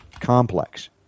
complex